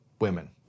women